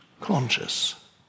conscious